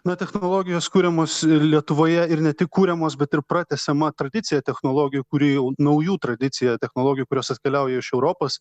na technologijos kuriamos ir lietuvoje ir ne tik kuriamos bet ir pratęsiama tradicija technologijų kuri jau naujų tradicija technologijų kurios atkeliauja iš europos